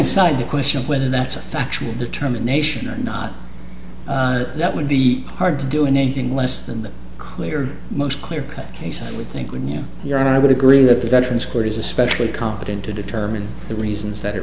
aside the question of whether that's a factual determination or not that would be hard to do in anything less than that clear most clear cut case i would think when you hear i would agree that the veterans court is especially competent to determine the reasons that